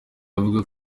avuga